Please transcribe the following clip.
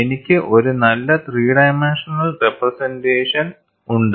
എനിക്ക് ഒരു നല്ല ത്രീ ഡൈമെൻഷണൽ റെപ്രെസെൻറ്റേഷൻ ഉണ്ട്